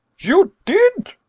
you did?